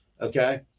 okay